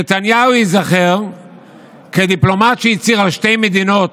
נתניהו ייזכר כדיפלומט שהצהיר על שתי מדינות,